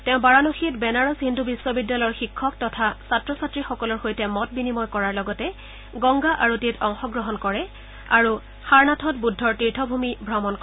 তেওঁ বাৰানসীত বেনাৰস হিন্দু বিশ্ববিদ্যালয়ৰ শিক্ষক তথা ছাত্ৰ ছাত্ৰীসকলৰ সৈতে মত বিনিময় কৰাৰ লগতে গংগা আৰতিত অংশগ্ৰহণ কৰে আৰু স্বৰনাথত বুদ্ধৰ তীৰ্থভূমি ভ্ৰমণ কৰে